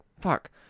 fuck